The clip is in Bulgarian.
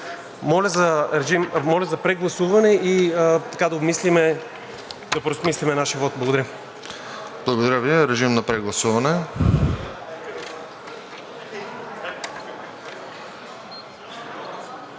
Моля за прегласуване и да преосмислим нашия вот. Благодаря.